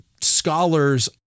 scholars